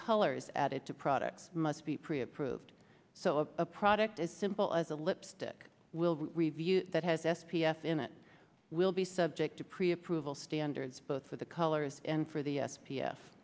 colors added to products must be pre approved so a product as simple as a lipstick will review that has s p f in it will be subject to pre approval standards both for the colors and for the s